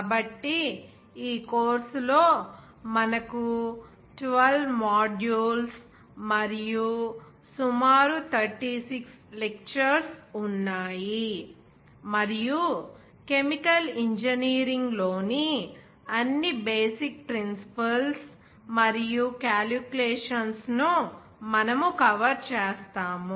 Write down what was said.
కాబట్టి ఈ కోర్సులో మనకు 12 మాడ్యూల్స్ మరియు సుమారు 36 లెక్చర్స్ ఉన్నాయి మరియు కెమికల్ ఇంజనీరింగ్ లోని అన్ని బేసిక్ ప్రిన్సిపుల్స్ మరియు కాలిక్యులేషన్స్ ను మనము కవర్ చేస్తాము